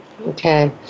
Okay